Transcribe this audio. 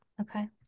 okay